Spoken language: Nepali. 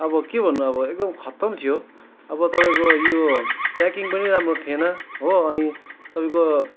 अब के भन्नु अब एकदमै खतम थियो अब तपाईँको यो प्याकिङ पनि राम्रो थिएन हो अनि तपाईँको